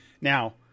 Now